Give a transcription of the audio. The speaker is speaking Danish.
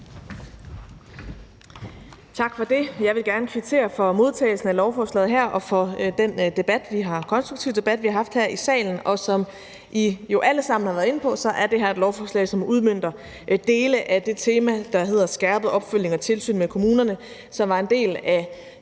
Tak for det. Jeg vil gerne kvittere for modtagelsen af lovforslaget her og for den konstruktive debat, vi har haft her i salen. Som I jo alle sammen har været inde på, er det her et lovforslag, som udmønter dele af temaet »Skærpet opfølgning og tilsyn med kommunerne«, som var en del af